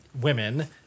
women